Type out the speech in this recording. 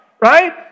right